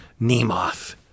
Nemoth